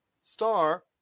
star